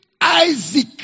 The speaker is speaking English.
Isaac